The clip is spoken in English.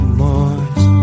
boys